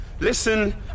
Listen